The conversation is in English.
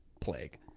plague